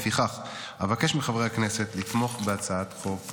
לפיכך, אבקש מחברי הכנסת לתמוך בהצעת חוק זו.